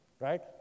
right